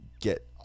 get